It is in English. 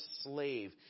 slave